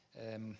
and